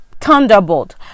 thunderbolt